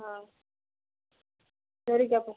ஆ சரிக்கா அப்போ